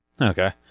okay